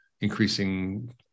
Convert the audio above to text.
increasing